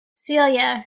celia